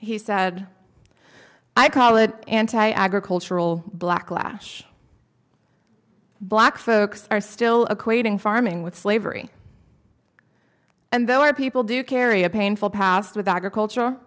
he said i call it anti agricultural black lash black folks are still equating farming with slavery and there were people do carry a painful past with agriculture